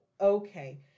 Okay